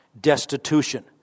destitution